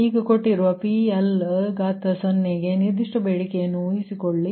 ಈಗ ಕೊಟ್ಟಿರುವ PL0ಗೆ ನಿರ್ದಿಷ್ಟ ಬೇಡಿಕೆಯನ್ನು ಊಹಿಸಿಕೊಳ್ಳಿ